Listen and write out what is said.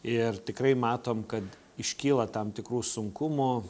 ir tikrai matom kad iškyla tam tikrų sunkumų